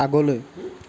আগলৈ